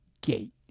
gate